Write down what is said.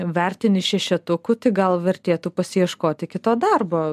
vertini šešetuku tai gal vertėtų pasiieškoti kito darbo